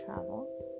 Travels